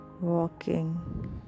walking